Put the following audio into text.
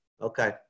Okay